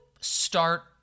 start